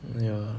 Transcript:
ya